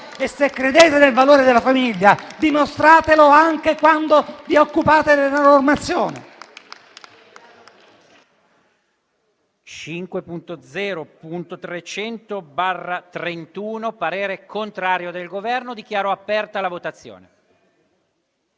E se credete nel valore della famiglia, dimostratelo anche quando vi occupate della normazione.